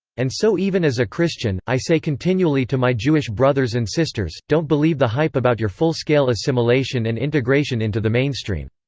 and so even as a christian, i say continually to my jewish brothers and sisters don't believe the hype about your full scale assimilation and integration into the mainstream.